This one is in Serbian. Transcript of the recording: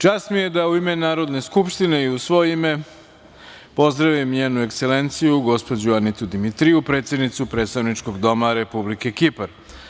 Čast mi je da, u ime Narodne skupštine i u svoje ime, pozdravim Njenu Ekselenciju gospođu Anitu Dimitriju, predsednicu Predstavničkog doma Republike Kipar.